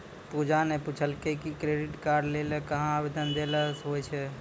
पूजा ने पूछलकै कि क्रेडिट कार्ड लै ल कहां आवेदन दै ल होय छै